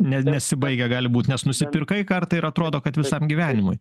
ne nesibaigia gali būt nes nusipirkai kartą ir atrodo kad visam gyvenimui